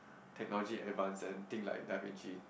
technology advance and think like Da-Vinci